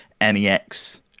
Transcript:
NEX